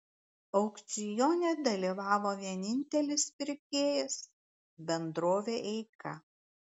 aukcione dalyvavo vienintelis pirkėjas bendrovė eika